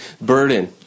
burden